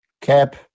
Cap